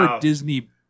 Disney